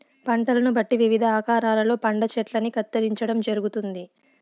పంటలను బట్టి వివిధ ఆకారాలలో పండ్ల చెట్టల్ని కత్తిరించడం జరుగుతుంది